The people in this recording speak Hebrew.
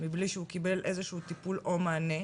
מבלי שהוא קיבל איזה שהוא טיפול או מענה,